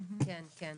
כן, כן, כן.